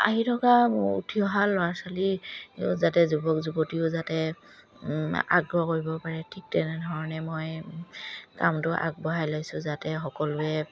আহি থকা উঠি অহা ল'ৰা ছোৱালী যাতে যুৱক যুৱতীও যাতে আগ্ৰহ কৰিব পাৰে ঠিক তেনেধৰণে মই কামটো আগবঢ়াই লৈছোঁ যাতে সকলোৱে